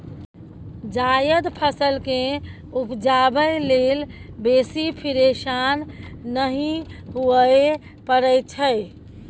जायद फसल केँ उपजाबै लेल बेसी फिरेशान नहि हुअए परै छै